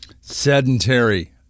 sedentary